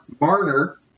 Marner